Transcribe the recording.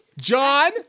John